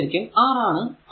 ഇത് ശരിക്കും R ആണ്